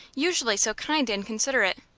usually so kind and considerate?